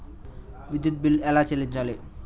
విద్యుత్ బిల్ ఎలా చెల్లించాలి?